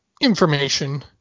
information